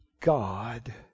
God